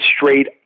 straight